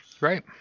Right